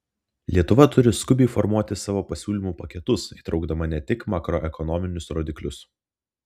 lietuva turi skubiai formuoti savo pasiūlymų paketus įtraukdama ne tik makroekonominius rodiklius